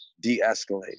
de-escalate